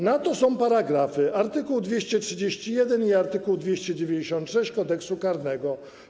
Na to są paragrafy: art. 231 i art. 296 Kodeksu karnego.